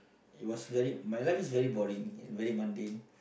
it was very my life is very boring very mundane